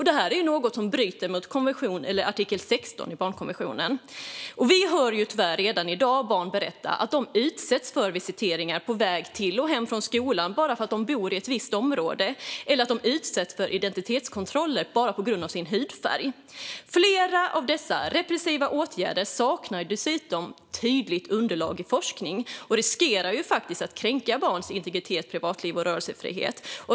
Det är något som bryter mot artikel 16 i barnkonventionen. Vi hör tyvärr redan i dag barn berätta att de utsätts för visiteringar på väg till och hem från skolan bara för att de bor i ett visst område eller att de utsätts för identitetskontroller bara på grund av sin hudfärg. Flera av dessa repressiva åtgärder saknar dessutom tydligt underlag i forskning och riskerar att kränka barns integritet, privatliv och rörelsefrihet.